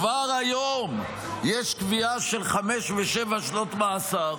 כבר היום יש קביעה של חמש ושבע שנות מאסר,